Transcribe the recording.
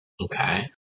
Okay